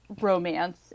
romance